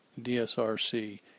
DSRC